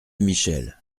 michel